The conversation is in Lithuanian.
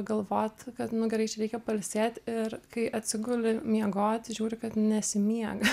galvot kad nu gerai čia reikia pailsėt ir kai atsiguli miegot įžiūri kad nesimiega